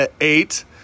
eight